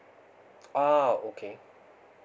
ah okay